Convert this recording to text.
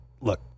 look